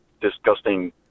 disgusting